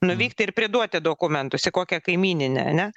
nuvykti ir priduoti dokumentus į kokią kaimyninę ane